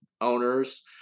owners